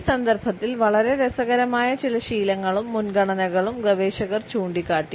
ഈ സന്ദർഭത്തിൽ വളരെ രസകരമായ ചില ശീലങ്ങളും മുൻഗണനകളും ഗവേഷകർ ചൂണ്ടിക്കാട്ടി